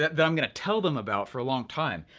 that i'm gonna tell them about, for a long time.